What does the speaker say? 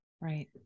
Right